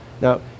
Now